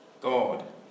God